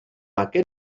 aquest